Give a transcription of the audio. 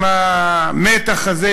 עם המתח הזה,